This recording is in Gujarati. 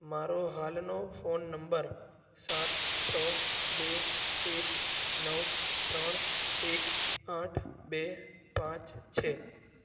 મારો હાલનો ફોન નંબર સાત છ બે એક નવ ત્રણ એક આઠ બે પાંચ છે